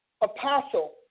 apostle